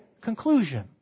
conclusion